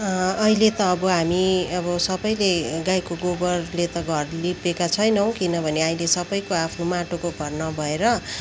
अहिले त अब हामी अब सबैले गाईको गोबरले त घर लिपेका छैनौँ किनभने अहिले सबैको आफ्नो माटोको घर नभएर